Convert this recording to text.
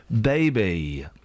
baby